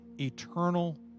eternal